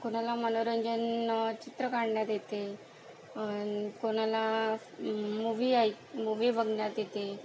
कोणाला मनोरंजन चित्र काढण्यात येते आणि कोणाला मूवी ऐक मूवी बघण्यात येते